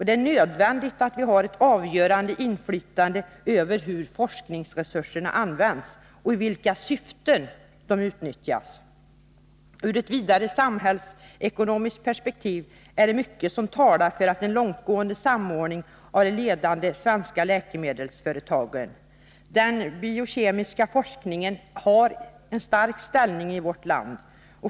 Det är nödvändigt att vi har ett avgörande inflytande över hur forskningsresurser används och i vilka syften de utnyttjas. Ur ett vidare samhällsekonomiskt perspektiv är det mycket som talar för en långtgående samordning av de ledande svenska läkemedelsföretagen. Den biokemiska forskningen har en stark ställning i vårt land.